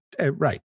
right